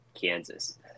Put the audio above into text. Kansas